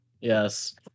Yes